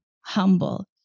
humble